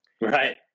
Right